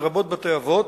לרבות בתי-אבות,